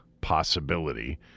possibility